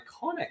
iconic